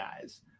guys